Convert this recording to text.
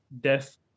death